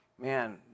man